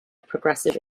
progressive